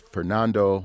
Fernando